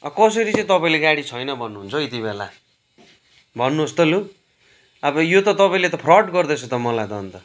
कसरी चाहिँ तपाईँले गाडी छैन भन्नुहुन्छ हौ यति बेला भन्नुहोस् त लु अब यो त तपाईँले त फ्रड गर्दैछ त मलाई त अन्त